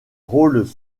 rôles